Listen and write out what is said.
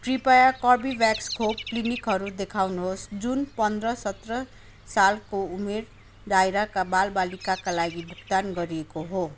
कृपया कर्बेभ्याक्स खोप क्लिनिकहरू देखाउनुहोस् जुन पन्द्र सत्रह सालको उमेर दायराका बालबालिकाका लागि भुक्तान गरिएको हो